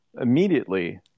immediately –